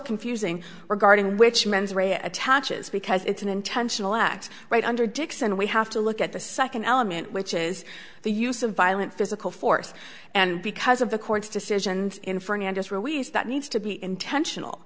confusing regarding which mens rea attaches because it's an intentional act right under dixon we have to look at the second element which is the use of violent physical force and because of the court's decisions in fernandes release that needs to be intentional